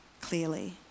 clearly